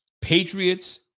Patriots